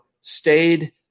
stayed